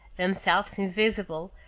themselves invisible,